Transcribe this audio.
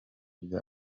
bya